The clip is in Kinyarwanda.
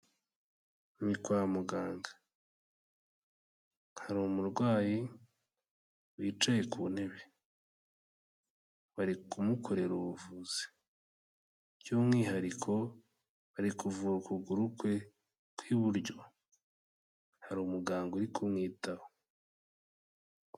Ni kwa muganga, hari umurwayi wicaye ku ntebe, bari kumukorera ubuvuzi by'umwihariko bari kuvura ukuguru kwe kw'iburyo, hari umuganga uri kumwitaho.